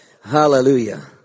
Hallelujah